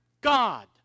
God